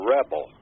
Rebel